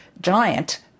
giant